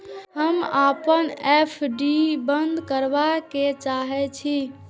हम अपन एफ.डी बंद करबा के चाहे छी